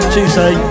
Tuesday